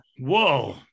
Whoa